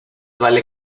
vale